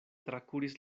trakuris